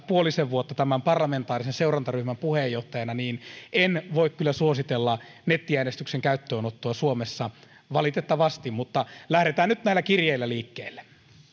puolisen vuotta tämän parlamentaarisen seurantaryhmän puheenjohtajana en voi kyllä suositella nettiäänestyksen käyttöönottoa suomessa valitettavasti mutta lähdetään nyt näillä kirjeillä liikkeelle